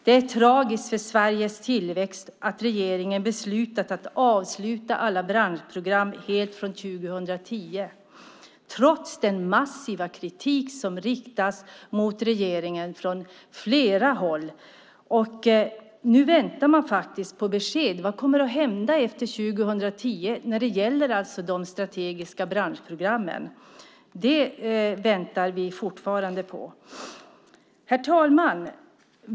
Det är tragiskt för Sveriges tillväxt att regeringen beslutat att avsluta alla branschprogram helt från 2010, trots den massiva kritik som riktas mot regeringen från flera håll. Nu väntar vi fortfarande på besked om vad som kommer att hända efter 2010 när det gäller de strategiska branschprogrammen. Herr talman!